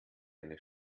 eine